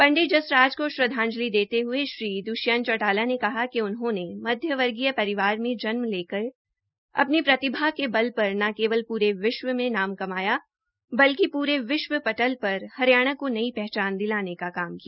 पंडित जसरात को श्रद्वांजलि देते हये श्री द्वष्यंत चौटाला ने कहा कि उन्होंने मध्य वर्गीय परिवार में जन्म लेकर अपनी प्रतिभा के बल पर न केवल पूरे विश्व में नाम कमाया बलिक पूरे विश्व पटन पर हरियाणा को नई पहचान दिलाने का काम किया